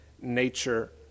nature